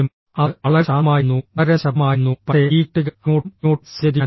അത് വളരെ ശാന്തമായിരുന്നു വളരെ നിശബ്ദമായിരുന്നു പക്ഷേ ഈ കുട്ടികൾ അങ്ങോട്ടും ഇങ്ങോട്ടും സഞ്ചരിക്കാൻ തുടങ്ങി